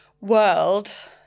world